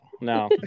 No